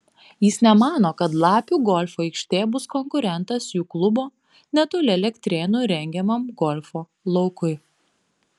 jis nemano kad lapių golfo aikštė bus konkurentas jų klubo netoli elektrėnų rengiamam golfo laukui